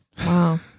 Wow